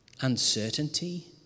uncertainty